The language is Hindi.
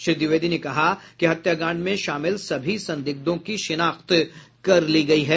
श्री द्विवेदी ने कहा कि हत्याकांड में शामिल सभी संदिग्धों की शिनाख्त कर ली गयी है